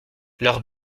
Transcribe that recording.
leurs